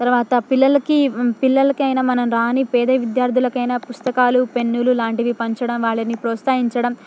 తరువాత పిల్లలకి పిల్లలకి అయినా మనం రాని పేద విద్యార్థులకి అయినా పుస్తకాలూ పెన్నులు ఇలాంటివి పంచడం వాళ్ళని ప్రోత్సహించడం